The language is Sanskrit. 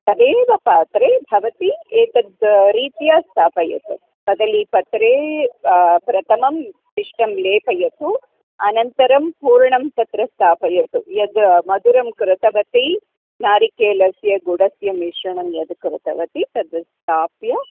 तदेव पात्रे भवति एतद् रीत्या स्थापयतु कदलीपत्रे प्रथमं पिष्टं लेपयतु अनन्तरं पूर्णं तत्र स्थापयतु यद् मधुरं कृतवती नारिकेलस्य गुडस्य मिश्रणं यद् कृतवती तद् संस्थाप्य